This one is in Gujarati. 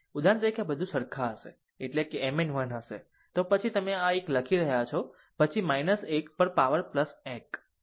ઉદાહરણ તરીકે બધું સરખા રહેશે એટલે કે mn 1 કહે છે તો પછી તમે 1 લખી રહ્યા છો પછી 1 પર પાવર 1